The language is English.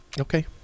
Okay